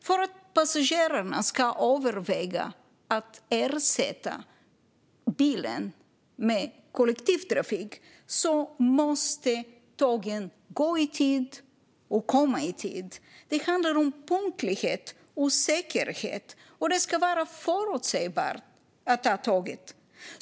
För att passagerarna ska överväga att ersätta bilen med kollektivtrafik måste tågen gå i tid och komma i tid. Det handlar om punktlighet och säkerhet. Det ska vara förutsägbart att ta tåget.